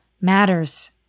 matters